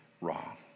wrong